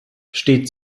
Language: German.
steht